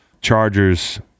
Chargers